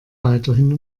weiterhin